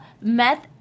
meth